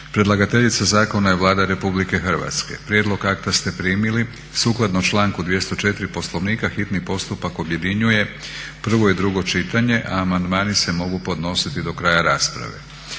Predlagateljica Zakona je Vlada Republike Hrvatske. Prijedlog akta ste primili. Sukladno članku 204. Poslovnika hitni postupak objedinjuje prvo i drugo čitanje a amandmani se mogu podnositi do kraja rasprave.